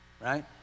right